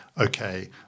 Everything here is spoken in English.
Okay